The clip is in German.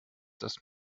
dass